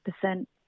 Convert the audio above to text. percent